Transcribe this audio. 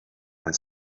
and